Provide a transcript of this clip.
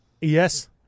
Yes